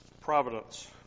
Providence